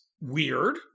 weird